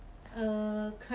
uh